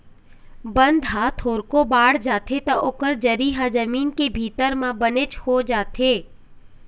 बन ह थोरको बाड़गे जाथे त ओकर जरी ह जमीन के भीतरी म बनेच हो जाथे